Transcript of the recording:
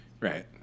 Right